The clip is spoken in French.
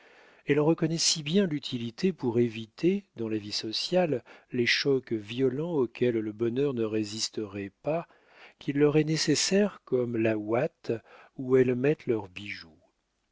elle en reconnaît si bien l'utilité pour éviter dans la vie sociale les chocs violents auxquels le bonheur ne résisterait pas qu'il leur est nécessaire comme la ouate où elles mettent leurs bijoux